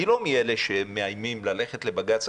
אני לא מאלה שמאיימים ללכת לבג"ץ.